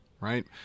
Right